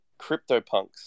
CryptoPunks